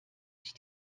sich